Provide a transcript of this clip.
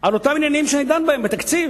על אותם עניינים שאני דן בהם בתקציב.